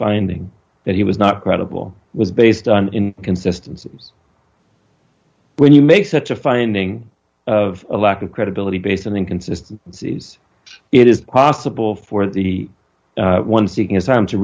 finding that he was not credible was based on in consistency when you make such a finding of a lack of credibility based on inconsistent sees it is possible for the one seeking asylum to